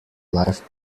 live